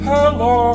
Hello